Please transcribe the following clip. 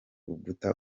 uguta